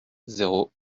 zéro